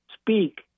speak